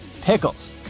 Pickles